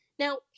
Now